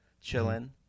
chilling